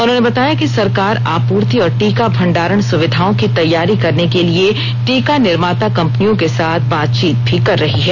उन्होंने बताया कि सरकार आपूर्ति और टीका भंडारण सुविधाओं की तैयारी करने के लिए टीका निर्माता कंपनियों के साथ बातचींत भी कर रही है